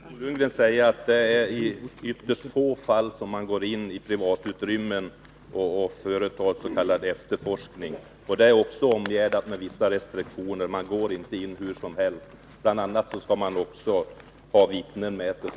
Herr talman! Jag vill till Bo Lundgren säga att det är i ytterst få fall som man går in i privata utrymmen och företar s.k. efterforskning, och detta är också omgärdat med vissa restriktioner. Man går inte in hur som helst — bl.a. skall man ha vittnen med sig.